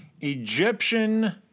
Egyptian